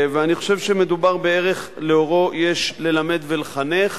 אני חושב שמדובר בערך שלאורו יש ללמד ולחנך,